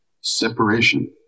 separation